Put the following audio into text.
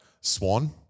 Swan